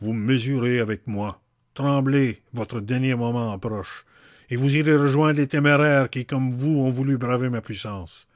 vous mesurer avec moi tremblez votre dernier moment approche et vous irez rejoindre les téméraires qui comme vous ont voulu braver ma puissance